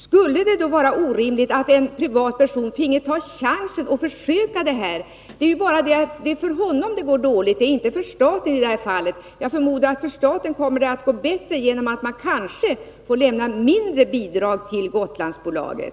Skulle det då vara orimligt att en privatperson finge ta chansen och göra ett försök? Det är bara honom det kan gå dåligt för — inte för staten. Jag förmodar att det kommer att gå bättre för staten på grund av att man kanske behöver lämna mindre bidrag till Gotlandsbolaget.